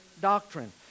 doctrine